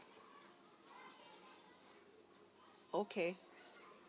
okay